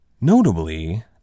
Notably